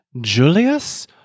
Julius